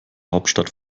hauptstadt